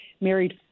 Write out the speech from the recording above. married